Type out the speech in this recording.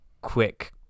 quick